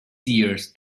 seers